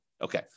Okay